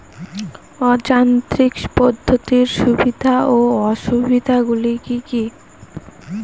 অযান্ত্রিক পদ্ধতির সুবিধা ও অসুবিধা গুলি কি কি?